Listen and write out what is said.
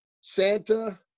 Santa